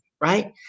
right